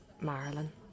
Marilyn